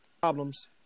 problems